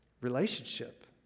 relationship